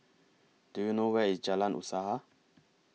Do YOU know Where IS Jalan Usaha